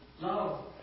Love